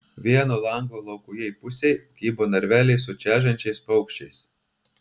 vieno lango laukujėj pusėj kybo narveliai su čežančiais paukščiais